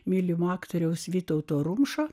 mylimo aktoriaus vytauto rumšo